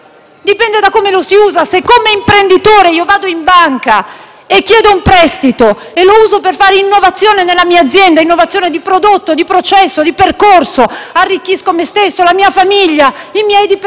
chiedo un prestito e lo uso per fare innovazione nella mia azienda (innovazione di prodotto, di processo e di percorso), arricchisco me stesso, la mia famiglia e i miei dipendenti; giovo ai miei fornitori e faccio circolare i consumi.